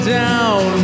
down